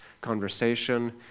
conversation